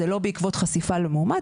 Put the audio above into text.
זה לא בעקבות חשיפה למאומת.